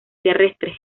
terrestres